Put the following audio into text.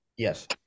Yes